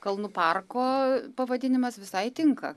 kalnų parko pavadinimas visai tinka